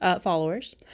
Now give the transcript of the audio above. followers